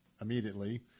immediately